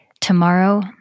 tomorrow